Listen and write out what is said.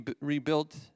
rebuilt